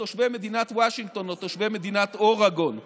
תושבי מדינת וושינגטון או תושבי מדינת אורגון וכו'.